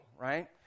right